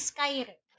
Skyrim